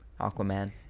Aquaman